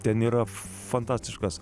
ten yra fantastiškas